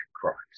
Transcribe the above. christ